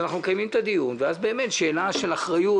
אז אנחנו מקיימים את הדיון ואז באמת יש שאלה של אחריות.